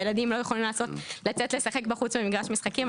הילדים לא יכולים לצאת לשחק בחוץ במגרש משחקים,